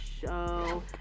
show